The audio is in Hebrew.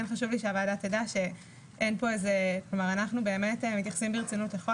חשוב ל שהוועדה תדע שאנחנו באמת מתייחסים ברצינות לכל